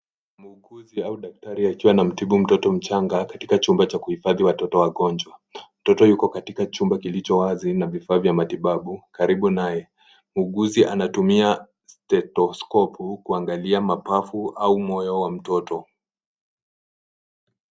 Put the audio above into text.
Muuguzi au daktari akiwa anamtibu mtoto mchanga katika chumba cha kuhifadhi watoto wagonjwa mtoto yuko katika chumba kilichowazi na vifaa vya matibabu karibu naye muuguzi anatumia stethoscopu kuangalia mapafu au moyo wa mtoto.